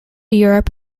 europe